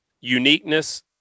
uniqueness